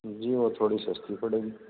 جی وہ تھوڑی سستی پڑے گی